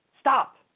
Stop